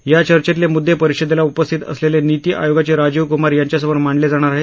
या चर्चेतले मुद्दे परिषदेला उपस्थित असलेले निती आयोगाचे राजीव कुमार यांच्यासमोर मांडले जाणार आहे